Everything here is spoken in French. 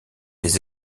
les